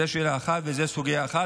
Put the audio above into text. זו שאלה אחת וזו סוגיה אחת,